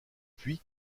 puits